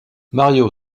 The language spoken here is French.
mario